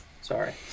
Sorry